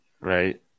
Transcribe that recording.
Right